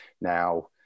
now